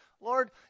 Lord